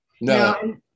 No